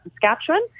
Saskatchewan